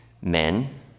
men